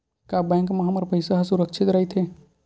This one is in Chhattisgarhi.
का बैंक म हमर पईसा ह सुरक्षित राइथे?